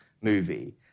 movie